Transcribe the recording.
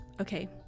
Okay